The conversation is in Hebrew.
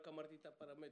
רק אמרתי את הפרמטרים.